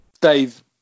Dave